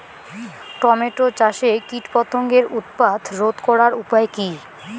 Tomato চাষে কীটপতঙ্গের উৎপাত রোধ করার উপায় কী?